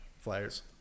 flyers